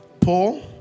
Paul